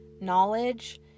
Knowledge